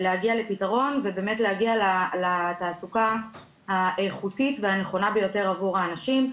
להגיע לפתרון ולהגיע לתעסוקה האיכותית והנכונה ביותר עבור האנשים.